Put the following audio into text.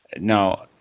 Now